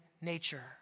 nature